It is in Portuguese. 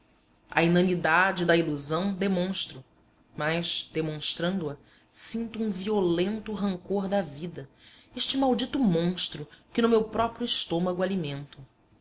da ilusão demonstro mas demonstrando a sinto um violento rancor da vida este maldito monstro que no meu próprio estômago alimento